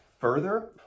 Further